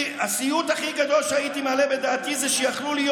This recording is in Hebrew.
הסיוט הכי גדול שהייתי מעלה בדעתי זה שיכלו להיות